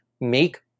make